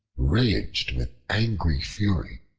raged with angry fury.